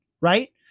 right